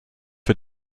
für